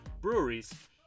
breweries